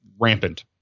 rampant